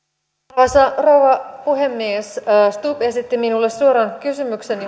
arvoisa rouva puhemies stubb esitti minulle suoran kysymyksen